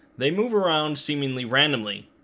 they move around seemingly randomly,